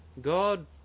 God